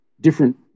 different